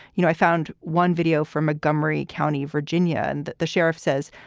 you know, i found one video from a gomory county, virginia. and the the sheriff says,